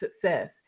success